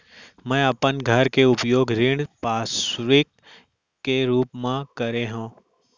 मै अपन घर के उपयोग ऋण संपार्श्विक के रूप मा करे हव